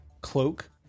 cloak